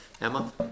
Emma